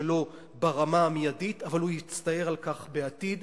הצעת החוק הזאת